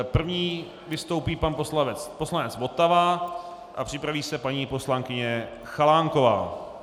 První vystoupí pan poslanec Votava a připraví se paní poslankyně Chalánková.